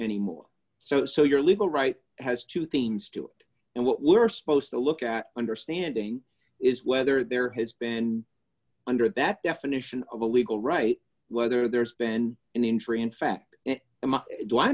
anymore so your legal right has two things to do and what we're supposed to look at understanding is whether there has been under that definition a legal right whether there's been an injury in fact